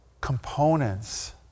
components